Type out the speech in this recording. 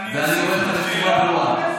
ואני אומר לך בצורה ברורה.